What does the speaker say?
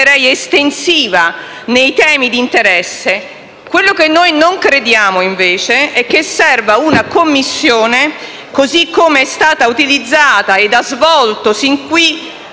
estensiva nei temi d'interesse; non crediamo invece che serva una Commissione per come è stata utilizzata e ha svolto fin qui